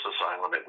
asylum